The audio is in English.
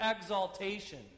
exaltation